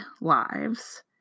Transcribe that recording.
lives